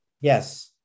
Yes